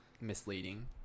misleading